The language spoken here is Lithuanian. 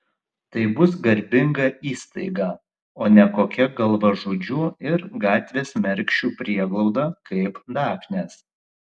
tai bus garbinga įstaiga o ne kokia galvažudžių ir gatvės mergšių prieglauda kaip dafnės